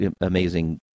amazing